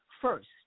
first